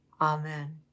Amen